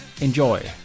Enjoy